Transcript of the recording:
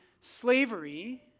slavery